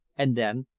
and then,